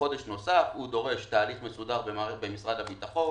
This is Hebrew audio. חודש נוסף דורש תהליך מסודר במשרד הביטחון,